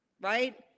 right